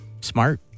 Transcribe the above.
smart